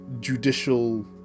judicial